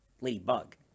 Ladybug